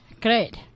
Great